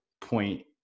point